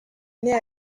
naît